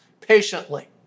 patiently